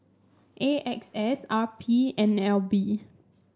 A X S R P N L B